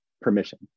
permission